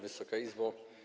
Wysoka Izbo!